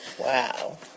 Wow